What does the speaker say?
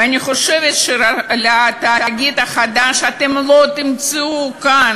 ואני חושבת שלתאגיד החדש אתם לא תמצאו כאן